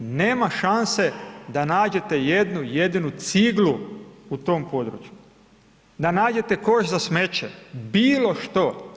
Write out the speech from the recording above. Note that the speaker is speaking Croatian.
Nema šanse da nađete jednu jedinu ciglu u tom području, da nađete koš za smeće, bilo što.